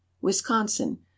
Wisconsin